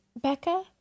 Becca